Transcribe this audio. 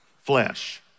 flesh